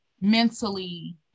mentally